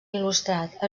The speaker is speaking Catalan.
il·lustrat